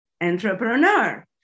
entrepreneur